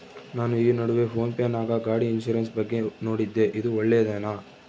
ನಾನು ಈ ನಡುವೆ ಫೋನ್ ಪೇ ನಾಗ ಗಾಡಿ ಇನ್ಸುರೆನ್ಸ್ ಬಗ್ಗೆ ನೋಡಿದ್ದೇ ಇದು ಒಳ್ಳೇದೇನಾ?